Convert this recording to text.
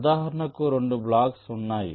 ఉదాహరణకు 2 బ్లాక్స్ ఉన్నాయి